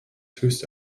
höchste